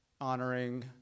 honoring